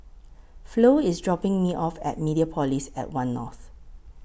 Flo IS dropping Me off At Mediapolis At one North